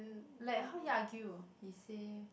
like how you argue he say